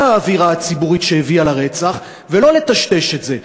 האווירה הציבורית שהביאה לרצח ולא לטשטש את זה.